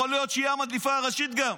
יכול להיות שהיא המדליפה הראשית גם.